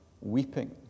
weeping